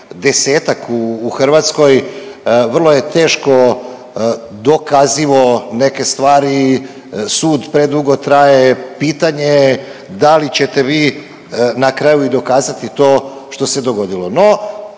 desetak u Hrvatskoj, vrlo je teško dokazivo neke stvari, sud predugo traje, pitanje da li ćete vi na kraju i dokazati to što se dogodilo. No,